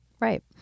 Right